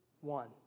one